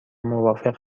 موافق